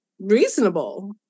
reasonable